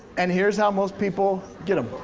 and here's how most people get em.